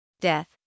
Death